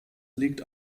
liegt